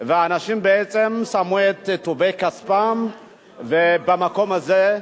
ואנשים בעצם שמו את מיטב כספם במקום הזה,